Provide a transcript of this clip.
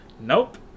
Nope